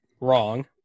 Wrong